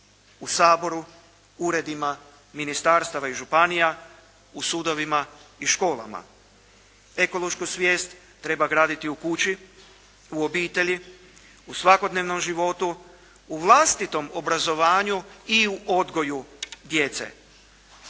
u Saboru, uredima, ministarstvima i županija, u sudovima i školama. Ekološku svijest treba graditi u kući, u obitelji, u svakodnevnom životu, u vlastitom obrazovanju i u odgoju djece.